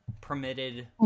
permitted